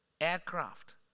Aircraft